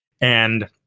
and-